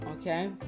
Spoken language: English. okay